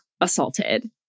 assaulted